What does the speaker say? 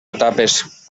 etapes